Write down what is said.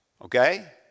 Okay